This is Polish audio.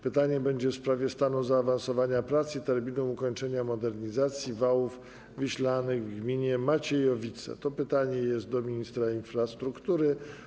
Pytanie jest w sprawie stanu zaawansowania prac i terminu ukończenia modernizacji wałów wiślanych w gminie Maciejowice i jest skierowane do ministra infrastruktury.